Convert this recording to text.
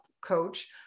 coach